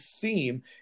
theme